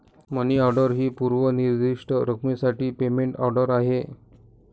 मनी order ही पूर्व निर्दिष्ट रकमेसाठी पेमेंट ऑर्डर आहे